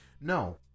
no